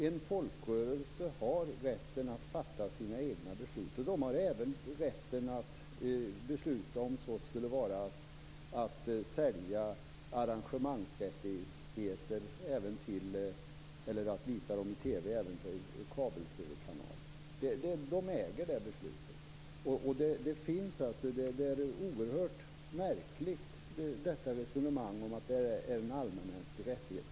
En folkrörelse har rätten att fatta sina egna beslut, och man har även rätten att besluta om att sälja arrangemangsrättigheter även till kabel-TV-kanaler. Man äger det beslutet. Resonemanget om att det är en allmänmänsklig rättighet är oerhört märkligt.